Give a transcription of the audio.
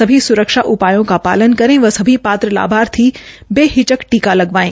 सभी स्रक्षा उपायों का पालन करें और सभी पात्र लाभार्थी बेहिचक टीका लगवाएं